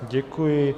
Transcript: Děkuji.